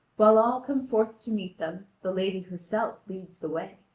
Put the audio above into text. while all come forth to meet them, the lady herself leads the way.